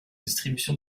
distribution